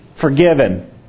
forgiven